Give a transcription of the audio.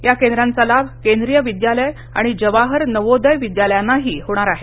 या केंद्राचा लाभ केंद्रीय विद्यालय आणि जवाहर नवोदय विद्यालयांनाही होणार आहे